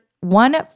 One